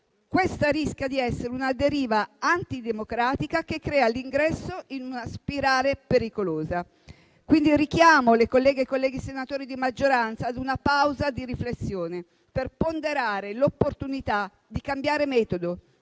Questa rischia di essere una deriva antidemocratica, che crea l'ingresso in una spirale pericolosa. Quindi, rivolgo un richiamo alle colleghe e ai colleghi senatori di maggioranza ad una pausa di riflessione per ponderare l'opportunità di cambiare metodo